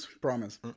promise